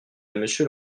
monsieur